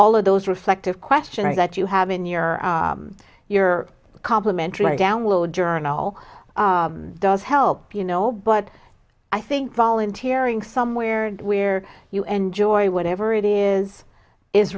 all of those reflective questionnaires that you have in your your complimentary download journal does help you know but i think volunteer ing somewhere where you enjoy whatever it is is